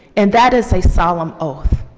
and that is a solemn oath.